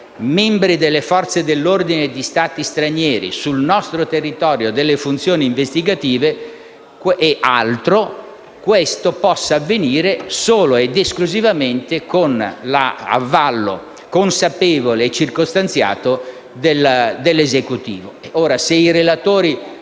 membri delle Forze dell'ordine di Stati stranieri sul nostro territorio delle funzioni investigative e altro, questo possa avvenire solo ed esclusivamente con l'avallo consapevole e circostanziato dell'Esecutivo. Se i relatori